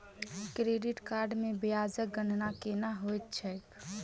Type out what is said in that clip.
credit card मे ब्याजक गणना केना होइत छैक